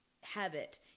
habit